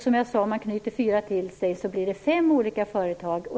Som jag sade: Om man knyter fyra till sig blir det fem olika företag.